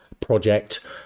project